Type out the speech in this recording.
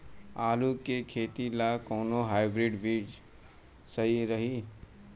आलू के खेती ला कोवन हाइब्रिड बीज सही रही?